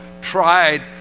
tried